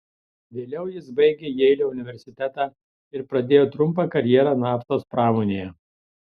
vėliau jis baigė jeilio universitetą ir pradėjo trumpą karjerą naftos pramonėje